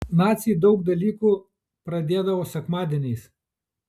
naciai daug dalykų pradėdavo sekmadieniais